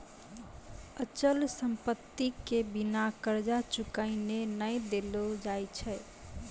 अचल संपत्ति के बिना कर्जा चुकैने नै देलो जाय छै